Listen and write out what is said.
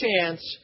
chance